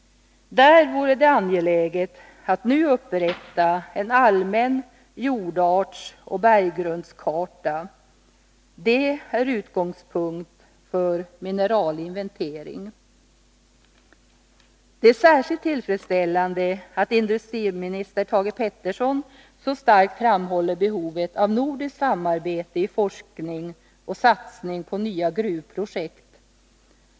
Där vore det angeläget att nu upprätta en allmän jordartsoch berggrundskarta. Det är utgångspunkten för mineralinventering. Det är särskilt tillfredsställande att industriminister Thage Peterson så starkt framhåller behovet av nordiskt samarbete i forskning och satsning på nya gruvprojekt.